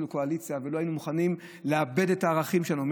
לקואליציה ולא היינו מוכנים לאבד את הערכים שלנו,